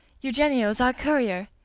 eugenio's our courier.